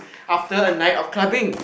after a night of clubbing